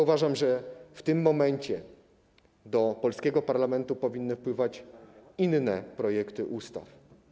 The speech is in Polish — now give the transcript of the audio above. Uważam, że w tym momencie do polskiego parlamentu powinny wpływać inne projekty ustaw.